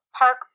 park